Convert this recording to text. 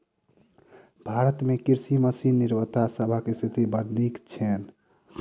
भारत मे कृषि मशीन निर्माता सभक स्थिति बड़ नीक छैन